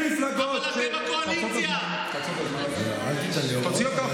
מה הבעיה?